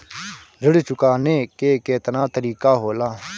ऋण चुकाने के केतना तरीका होला?